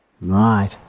Right